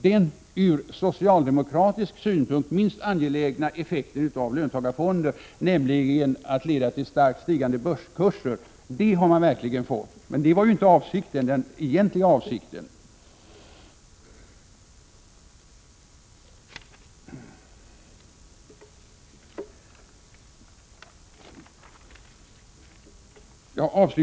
Den ur socialdemokratisk synpunkt minst angelägna effekten av 43 löntagarfonder, nämligen att de leder till starkt stigande börskurser, har man verkligen fått. Men det var ju inte den egentliga avsikten.